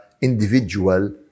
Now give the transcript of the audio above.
individual